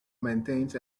maintains